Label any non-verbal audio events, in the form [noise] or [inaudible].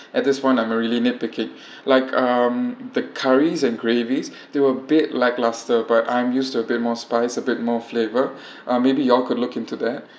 at this one I'm really nitpicking [breath] like um the curries and gravies they were a bit lackluster but I'm used to a bit more spice a bit more flavored [breath] uh maybe you all could look into that